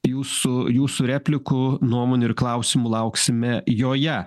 jūsų jūsų replikų nuomonių ir klausimų lauksime joje